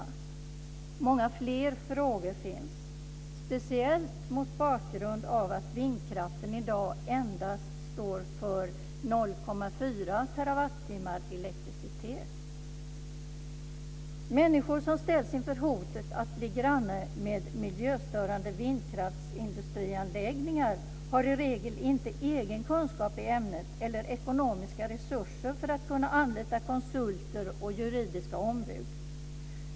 Det finns många fler frågor, speciellt mot bakgrund av att vindkraften i dag endast står för 0,4 terawattimmar elektricitet. Människor som ställs inför hotet att bli granne med miljöstörande vindkraftsindustrianläggningar har i regel inte egen kunskap i ämnet eller ekonomiska resurser för att kunna anlita konsulter och juridiska ombud.